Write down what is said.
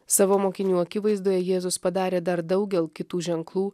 savo mokinių akivaizdoje jėzus padarė dar daugel kitų ženklų